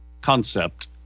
concept